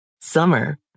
Summer